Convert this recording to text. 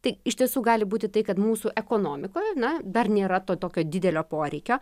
tai iš tiesų gali būti tai kad mūsų ekonomikoje na dar nėra to tokio didelio poreikio